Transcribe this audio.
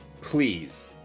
Please